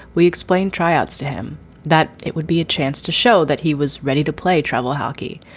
we explained tryouts to him that it would be a chance to show that he was ready to play travel hockey,